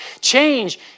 change